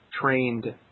trained